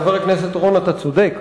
חבר הכנסת אורון, אתה צודק.